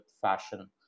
fashion